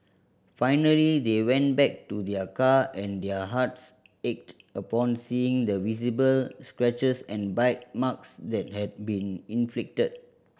finally they went back to their car and their hearts ached upon seeing the visible scratches and bite marks that had been inflicted